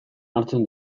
hartzen